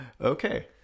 Okay